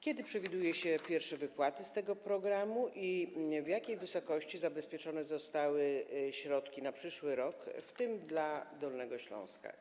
Kiedy przewiduje się pierwsze wypłaty z tego programu i w jakiej wysokości zabezpieczone zostały środki na przyszły rok, w tym dla Dolnego Śląska?